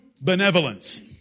benevolence